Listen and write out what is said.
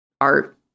art